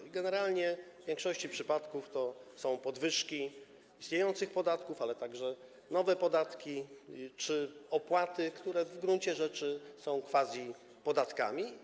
I generalnie w większości przypadków to są podwyżki istniejących podatków, ale także nowe podatki czy opłaty, które w gruncie rzeczy są quasi-podatkami.